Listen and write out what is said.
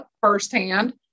firsthand